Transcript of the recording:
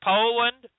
Poland